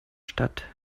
stadt